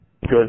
good